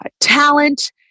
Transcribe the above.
talent